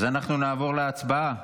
אז אנחנו נעבור להצבעה.